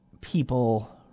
people